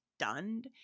stunned